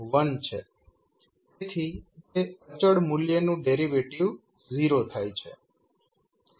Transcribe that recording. તેથી તે અચળ મૂલ્યનું ડેરિવેટિવ 0 થાય છે